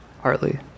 Hardly